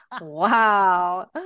Wow